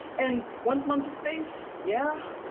and one month of space? yeah?